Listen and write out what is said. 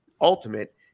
ultimate